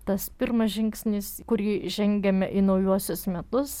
tas pirmas žingsnis kurį žengiame į naujuosius metus